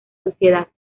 sociedad